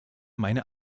meine